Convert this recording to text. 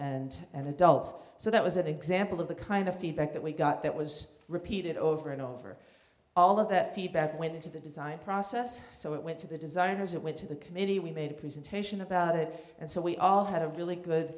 and and adults so that was an example of the kind of feedback that we got that was repeated over and over all of that feedback went into the design process so it went to the designers it went to the committee we made a presentation about it and so we all had a really good